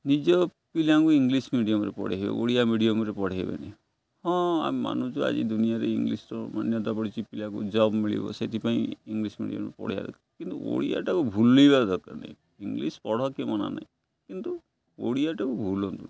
ନିଜ ପିଲାଙ୍କୁ ଇଂଲିଶ ମିଡ଼ିୟମରେ ପଢ଼ାଇବେ ଓଡ଼ିଆ ମିଡ଼ିଅୟମରେ ପଢ଼ାଇବେନି ହଁ ଆମେ ମାନୁଛୁ ଆଜି ଦୁନିଆରେ ଇଂଲିଶର ମାନ୍ୟତା ପଡ଼ିଛିି ପିଲାକୁ ଜବ୍ ମିଳିବ ସେଥିପାଇଁ ଇଂଲିଶ ମିଡ଼ିୟମ ପଢ଼ାଇବା କିନ୍ତୁ ଓଡ଼ିଆଟାକୁ ଭୁଲିବା ଦରକାର ନାହିଁ ଇଂଲିଶ ପଢ଼ କେ ମନା ନାହିଁ କିନ୍ତୁ ଓଡ଼ିଆଟାକୁ ଭୁଲନ୍ତୁନି